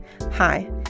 Hi